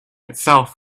itself